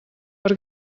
per